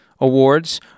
awards